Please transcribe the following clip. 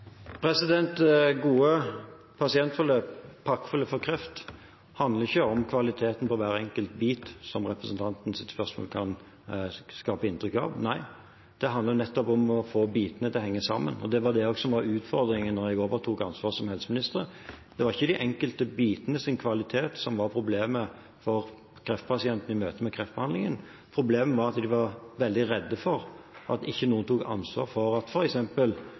Gode pasientforløp, pakkeforløp for kreft, handler ikke om kvaliteten på hver enkelt bit, som representantens spørsmål kan skape inntrykk av. Nei, det handler nettopp om å få bitene til å henge sammen. Det var det som var utfordringen da jeg overtok ansvaret som helseminister. Det var ikke de enkelte bitenes kvalitet som var problemet for kreftpasientene i møte med kreftbehandlingen. Problemet var at de var veldig redd for at ikke noen tok ansvar for at